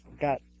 got